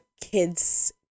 kids